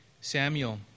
Samuel